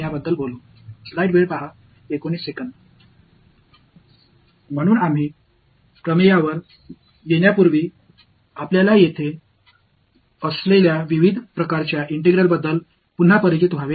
எனவே நாம் கோட்பாடுகளுக்கு வருவதற்கு முன்பு அங்குள்ள பல்வேறு வகையான ஒருங்கிணைப்புகளை மீண்டும் அறிந்து கொள்ள வேண்டும்